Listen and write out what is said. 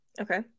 Okay